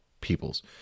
peoples